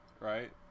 right